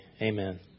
Amen